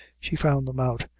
she found them out,